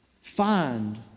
find